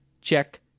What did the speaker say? check